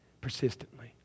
persistently